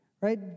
Right